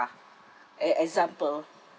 e~ example